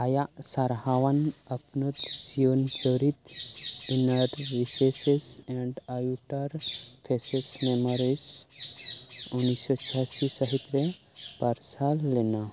ᱟᱭᱟᱜ ᱥᱟᱨᱦᱟᱣᱟᱱ ᱟᱹᱯᱱᱟᱹᱛ ᱡᱤᱭᱚᱱ ᱪᱚᱨᱤᱛ inner resources and outer thesis memories ᱩᱱᱤᱥᱥᱚ ᱪᱷᱤᱭᱟᱥᱤ ᱥᱟᱹᱦᱤᱛ ᱨᱮ ᱯᱟᱨᱥᱟᱞ ᱞᱮᱱᱟ